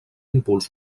impuls